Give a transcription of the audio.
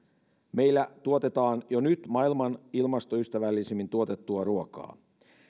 meillä tuotetaan jo nyt maailman ilmastoystävällisimmin tuotettua ruokaa